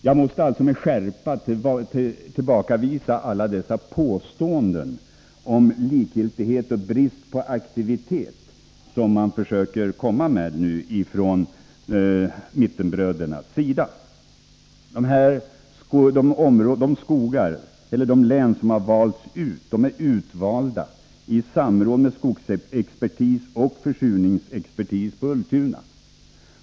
Jag måste alltså med skärpa tillbakavisa alla dessa påståenden om likgiltighet och brist på aktivitet som man nu försöker komma med från mittenbrödernas sida. De län som valts ut är utvalda i samråd med skogsexpertis och försurningsexpertis på Ulltuna.